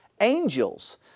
angels